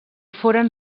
foren